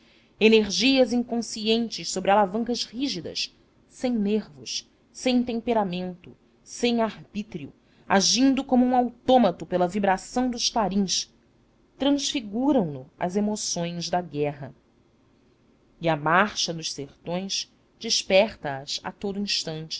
energias inconscientes sobre alavancas rígidas sem nervos sem temperamento sem arbítrio agindo como um autômato pela vibração dos clarins transfiguram no as emoções da guerra e a marcha nos sertões desperta as a